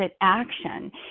action